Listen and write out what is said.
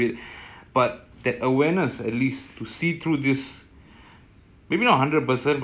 also one of y'all is in captain sateer's heart thanks